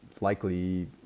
likely